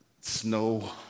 snow